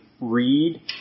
read